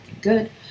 good